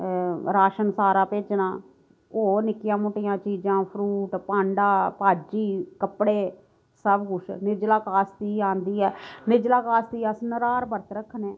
ration सारा भेजना होर नि'क्कियां मुट्टियां चीजां फ्रूट भांडा भाजी कपडे़ सब कुछ निर्जला कास्ती आंदी ऐ निर्जला कास्ती ई अस निरहार बरत रखने